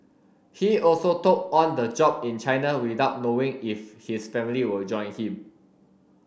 he also took on the job in China without knowing if his family will join him